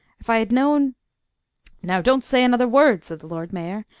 if i had known now, don't say another word! said the lord mayor.